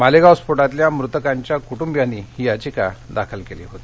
मालेगाव स्फोटातल्या मृताच्या कुटुंबीयांनी ही याचिका दाखल केली होती